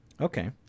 Okay